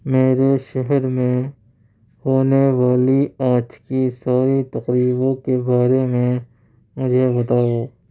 میرے شہر میں ہونے والی آج کی ساری تقریبوں کے بارے میں مجھے بتاؤ